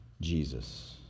Jesus